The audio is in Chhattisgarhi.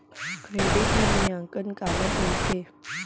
क्रेडिट मूल्यांकन काला कहिथे?